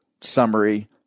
summary